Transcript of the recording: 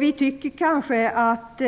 Vi tycker att